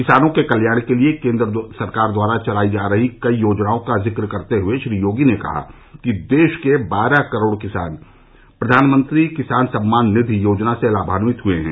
किसानों के कल्याण के लिये केन्द्र सरकार द्वारा चलायी जा रही कई योजनाओं का जिक्र करते हुए श्री योगी ने कहा कि देश के बारह करोड़ किसान प्रधानमंत्री किसान सम्मान निधि योजना से लाभान्वित हुए हैं